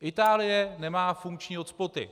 Itálie nemá funkční hotspoty.